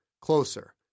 closer